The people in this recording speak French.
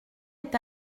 est